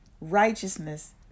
righteousness